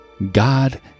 God